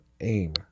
AIM